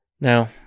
Now